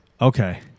Okay